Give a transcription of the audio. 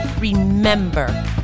Remember